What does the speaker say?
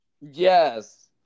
Yes